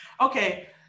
Okay